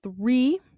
three